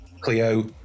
Cleo